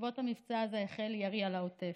בעקבות המבצע הזה החל ירי על העוטף.